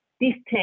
distance